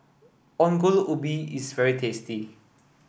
Ongol Ubi is very tasty